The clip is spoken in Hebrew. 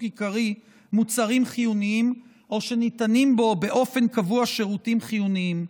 עיקרי מוצרים חיוניים או שניתנים בו באופן קבוע שירותים חיוניים.